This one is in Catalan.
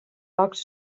pocs